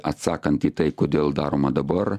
atsakant į tai kodėl daroma dabar